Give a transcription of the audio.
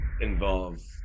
involve